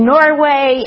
Norway